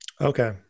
Okay